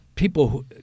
people